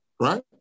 Right